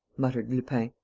muttered lupin.